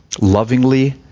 lovingly